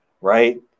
right